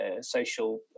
social